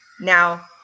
Now